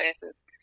classes